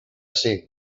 ser